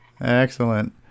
Excellent